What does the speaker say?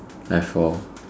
I have four